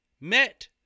met